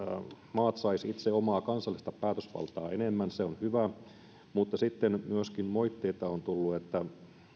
maat saisivat itse omaa kansallista päätösvaltaa enemmän se on hyvä mutta myöskin on tullut moitteita että